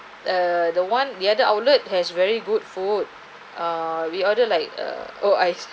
err the one the other outlet has very good food uh we ordered like uh or ice